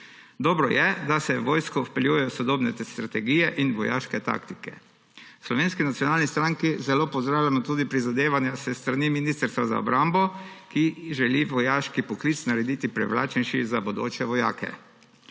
Dobro je, da se v vojsko vpeljujejo sodobne strategije in vojaške taktike. V Slovenski nacionalni stranki zelo pozdravljamo tudi prizadevanja s strani Ministrstva za obrambo, ki želi vojaški poklic narediti privlačnejši za bodoče vojake.